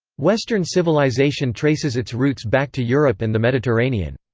western civilization traces its roots back to europe and the mediterranean.